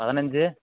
பதினஞ்சு